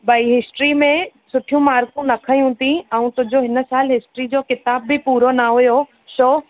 भई हिस्ट्री में सुठियूं मार्कू न खयूं अथई ऐं तुंहिंजो हिन साल हिस्ट्री जो किताब बि पूरो न हुयो सो